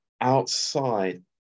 outside